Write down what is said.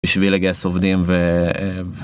בשביל לגייס עובדים ו...